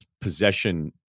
possession